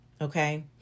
okay